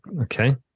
Okay